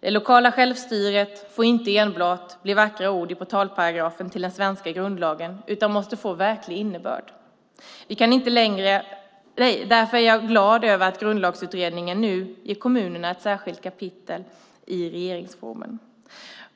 Det lokala självstyret får inte enbart bli vackra ord i portalparagrafen i den svenska grundlagen utan måste få verklig innebörd. Därför är jag glad över att Grundlagsutredningen nu ger kommunerna ett särskilt kapitel i regeringsformen.